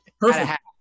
perfect